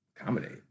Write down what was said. Accommodate